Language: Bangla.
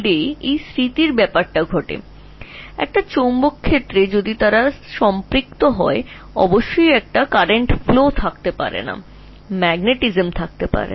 এটি একটি স্মৃতি এটি একটি স্মৃতি সম্ভবত কোনও চৌম্বকীয় উপাদানের মধ্যে কি ভাবে ঘটে যদি তারা স্যাচুরেটেড থাকে স্পষ্টতই সেখানে কোনও বিদ্যুৎ প্রবাহ হতে পারে না চৌম্বকীয়তা থাকতে পারে না